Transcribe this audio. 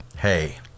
Hey